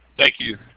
thank you.